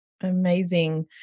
Amazing